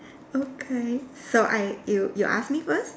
okay so I you you ask me first